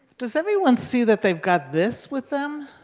does everyone see that they've got this with them?